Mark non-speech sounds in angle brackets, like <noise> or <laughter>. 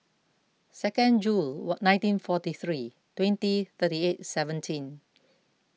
second June <noise> nineteen forty three twenty thirty eight seventeen